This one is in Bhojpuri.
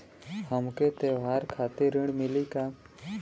हमके त्योहार खातिर ऋण मिली का?